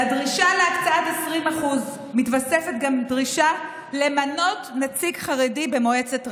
לדרישה להקצאת 20% מתווספת גם דרישה למנות נציג חרדי במועצת רמ"י.